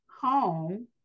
home